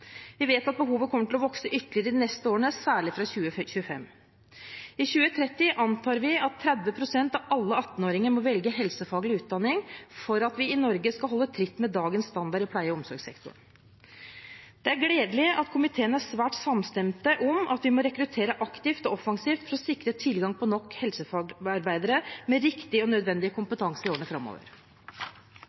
Vi vet at behovet kommer til å vokse ytterligere de neste årene, særlig fra 2025. Vi antar at i 2030 må 30 pst. av alle 18-åringer velge helsefaglig utdanning for at vi i Norge skal holde tritt med dagens standard i pleie- og omsorgssektoren. Det er gledelig at komiteen er svært samstemt om at vi må rekruttere aktivt og offensivt for å sikre tilgang på nok helsefagarbeidere med riktig og nødvendig kompetanse i årene framover.